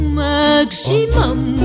maximum